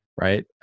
right